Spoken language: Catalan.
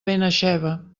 benaixeve